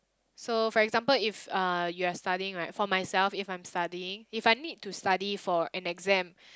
so for example if uh you are studying right for myself if I'm studying if I need to study for an exam